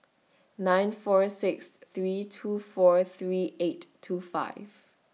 nine four six three two four three eight two five